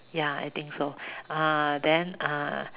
ya I think so uh then uh